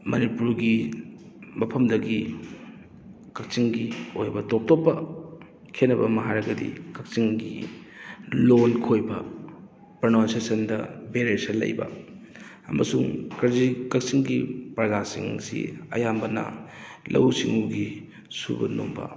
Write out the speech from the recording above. ꯃꯅꯤꯄꯨꯔꯒꯤ ꯃꯐꯝꯗꯒꯤ ꯀꯛꯆꯤꯡꯒꯤ ꯑꯣꯏꯕ ꯇꯣꯞ ꯇꯣꯞꯄ ꯈꯦꯠꯅꯕ ꯑꯃ ꯍꯥꯏꯔꯒꯗꯤ ꯀꯛꯆꯤꯡꯒꯤ ꯂꯣꯟ ꯈꯣꯏꯕ ꯄ꯭ꯔꯣꯅꯨꯟꯁꯤꯌꯦꯁꯟꯗ ꯚꯦꯔꯤꯌꯦꯁꯟ ꯂꯩꯕ ꯑꯃꯁꯨꯡ ꯍꯧꯖꯤꯛ ꯀꯛꯆꯤꯡꯒꯤ ꯄ꯭ꯔꯖꯥꯁꯤꯡꯁꯤ ꯑꯌꯥꯝꯕꯅ ꯂꯧꯎ ꯁꯤꯡꯉꯨꯒꯤ ꯁꯨꯕ ꯅꯣꯝꯕ